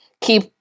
keep